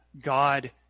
God